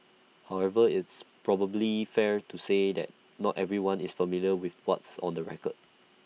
however is probably fair to say that not everyone is familiar with what's on the record